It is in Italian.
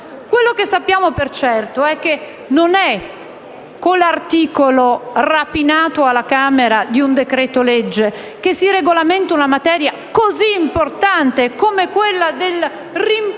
Quello che sappiamo per certo è che non è con un articolo, rapinato alla Camera, di un decreto-legge che si disciplina una materia così importante come quella del rimpolpamento